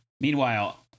Meanwhile